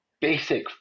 basic